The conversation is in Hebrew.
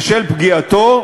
בשל פגיעתו,